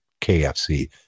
KFC